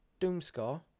Doomscore